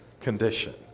condition